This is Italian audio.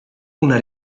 una